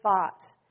thoughts